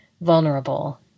vulnerable